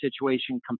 situation